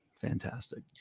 fantastic